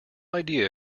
idea